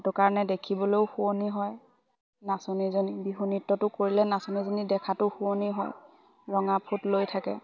সেইটো কাৰণে দেখিবলৈও শুৱনি হয় নাচনীজনী বিহু নৃত্যটো কৰিলে নাচনীজনী দেখাাতো শুৱনি হয় ৰঙা ফুট লৈ থাকে